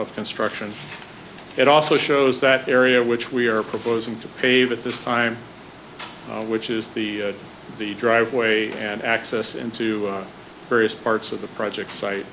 of construction it also shows that area which we are proposing to pave at this time which is the the driveway and access into various parts of the project site